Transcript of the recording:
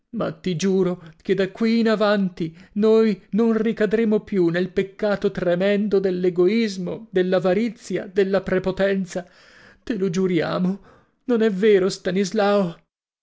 ma ti giuro che da qui in avanti noi non ricadremo più nel peccato tremendo dell'egoismo dell'avarizia della prepotenza te lo giuriamo non è vero stanislao